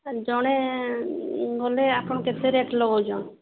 ଜଣେ ଗଲେ ଆପଣ କେତେ ରେଟ୍ ଲଗଉଚନ୍